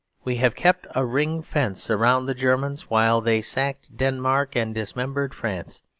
we have kept a ring fence around the germans while they sacked denmark and dismembered france.